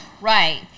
Right